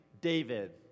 David